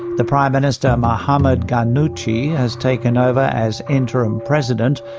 the prime minister, mohamed ghannouchi, has taken over as interim president,